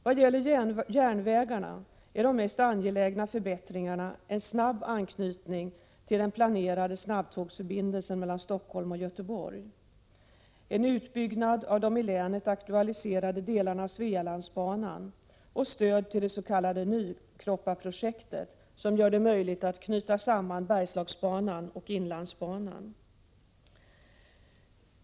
Vad gäller järnvägarna är de mest angelägna förbättringarna en snabb anknytning till den planerade snabbtågsförbindelsen mellan Stockholm och Göteborg, en utbyggnad av de i länet aktualiserade delarna av Svealandsbanan samt stöd till det s.k. Nykroppaprojektet, som gör det möjligt att knyta samman Bergslagsbanan och inlandsbanan.